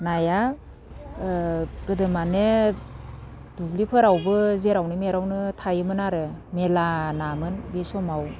नाया गोदो माने दुब्लिफोरावबो जेरावनो मेरावनो थायोमोन आरो मेल्ला नामोन बै समाव